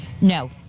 No